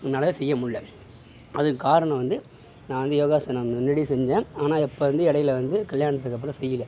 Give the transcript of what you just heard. என்னால் செய்ய முடில அதுக்கு காரணம் வந்து நான் வந்து யோகாசனம் முன்னாடி செஞ்சேன் ஆனால் இப்போ வந்து இடையில வந்து கல்யாணத்துக்கு அப்புறம் செய்யல